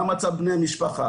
מה מצב בני המשפחה,